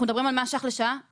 אנחנו מדברים על 100 ש"ח לשעה?